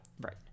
Right